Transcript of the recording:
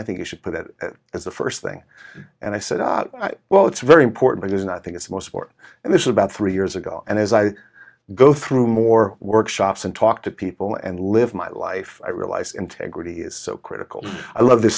i think you should put it as the first thing and i said well it's very important and i think it's more support and this is about three years ago and as i go through more workshops and talk to people and live my life i realize integrity is so critical i love the